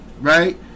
right